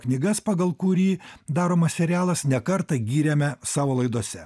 knygas pagal kurį daromas serialas ne kartą gyrėme savo laidose